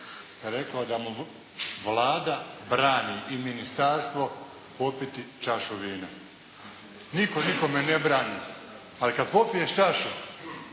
Rekao je da mu Vlada brani i ministarstvo popiti čašu vina. Nitko nikome ne brani. Ali kad popiješ čašu,